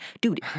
dude